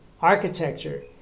architecture